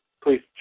please